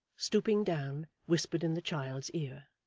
stooping down, whispered in the child's ear.